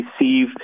receive